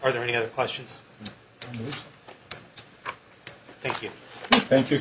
are there any other questions thank you thank you